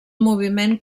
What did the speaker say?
moviment